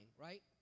right